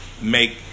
make